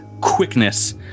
quickness